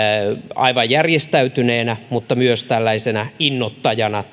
aivan järjestäytyneenä mutta myös tällaisena innoittajana